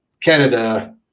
Canada